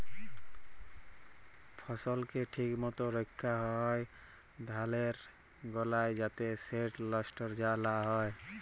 ফসলকে ঠিক মত রাখ্যা হ্যয় ধালের গলায় যাতে সেট লষ্ট লা হ্যয়